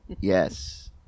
Yes